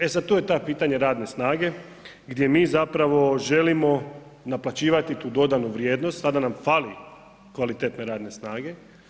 E sada tu je to pitanje radne snage gdje mi zapravo želimo naplaćivati tu dodanu vrijednost a da nam fali kvalitetne radne snage.